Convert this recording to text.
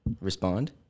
Respond